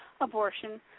abortion